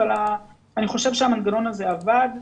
אבל אני חושב שהמנגנון הזה עבד.